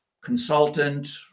consultant